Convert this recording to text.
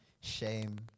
shame